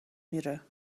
میره